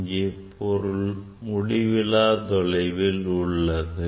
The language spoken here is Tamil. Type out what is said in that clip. இங்கே பொருள் முடிவிலா தொலைவில் உள்ளது